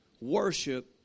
worship